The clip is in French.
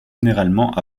généralement